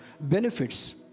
Benefits